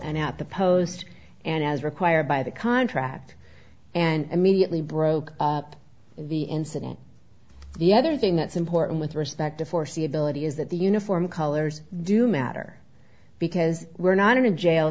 and at the post and as required by the contract and immediately broke up the incident the other thing that's important with respect to foreseeability is that the uniform colors do matter because we're not in a jail